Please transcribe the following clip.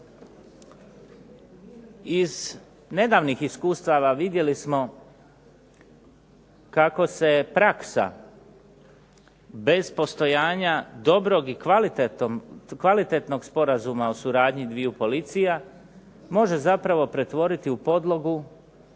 Iz nedavnih iskustava vidjeli smo kako se praksa bez postojanja dobrog i kvalitetnog sporazuma o dviju policija, može zapravo pretvoriti u podlogu